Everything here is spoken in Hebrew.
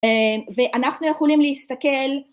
ואנחנו יכולים להסתכל